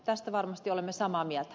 tästä varmasti olemme samaa mieltä